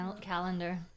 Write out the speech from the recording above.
calendar